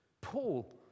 Paul